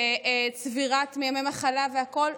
צבירת ימי מחלה והכול.